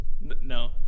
No